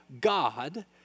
God